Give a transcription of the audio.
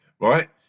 right